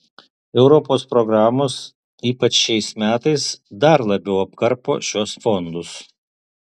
europos programos ypač šiais metais dar labiau apkarpo šiuos fondus